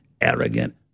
arrogant